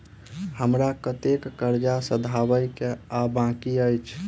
हमरा कतेक कर्जा सधाबई केँ आ बाकी अछि?